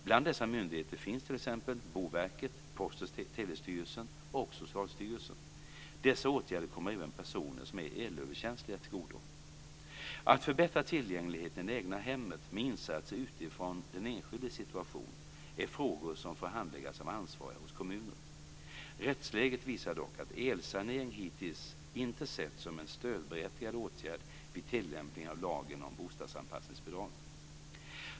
Bland dessa myndigheter finns t.ex. Boverket, Post och telestyrelsen och Socialstyrelsen. Dessa åtgärder kommer även personer som är elöverkänsliga tillgodo. Att förbättra tillgängligheten i det egna hemmet med insatser utifrån den enskildes situation är frågor som får handläggas av ansvariga hos kommuner. Rättsläget visar dock att elsanering hittills inte setts som en stödberättigande åtgärd vid tillämpningen av lagen om bostadsanpassningsbidrag.